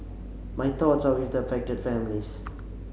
my thoughts are with the affected families